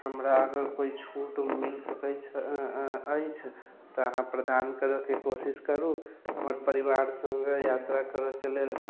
हमरा अगर कोई छूट मिल सकै छै अछि तऽ अहाँ प्रदान करैके कोशिश करू हमर परिवार सङ्गे यात्रा करैके लेल